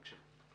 בבקשה.